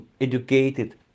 educated